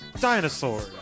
Dinosaur